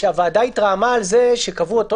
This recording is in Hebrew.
שחברי הוועדה התרעמו על זה שקבעו אותו